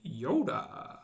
Yoda